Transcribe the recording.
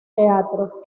teatro